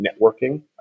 networking